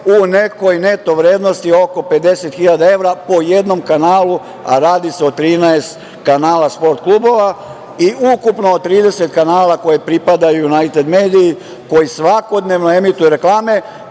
u nekoj neto vrednosti oko pedeset hiljada evra po jednom kanalu, a radi se o 13 kanala sport klubova i ukupno 30 kanala koje pripadaju Junajted mediji koji svakodnevno emituje reklame. Pitam